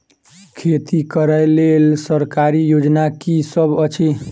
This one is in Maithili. खेती करै लेल सरकारी योजना की सब अछि?